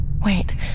Wait